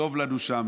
טוב לנו שם.